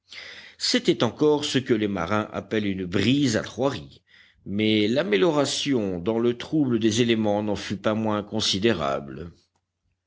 c'était encore ce que les marins appellent une brise à trois ris mais l'amélioration dans le trouble des éléments n'en fut pas moins considérable